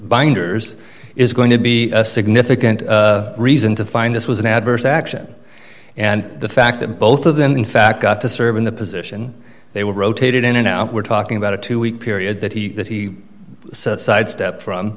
binders is going to be a significant reason to find this was an adverse action and the fact that both of them in fact got to serve in the position they were rotated in and now we're talking about a two week period that he that he sidestepped from